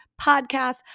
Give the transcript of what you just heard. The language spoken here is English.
podcast